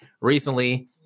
recently